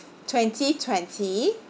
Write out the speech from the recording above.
twenty twenty